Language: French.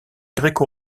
gréco